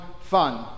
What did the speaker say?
fun